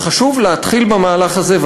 וחשוב להתחיל במהלך הזה,